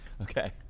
Okay